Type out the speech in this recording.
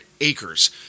acres